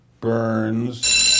Burns